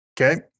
Okay